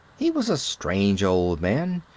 he was a strange old man,